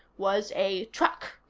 was a truck.